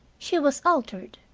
she was altered,